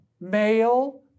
male